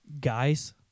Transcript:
guys